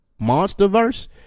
Monsterverse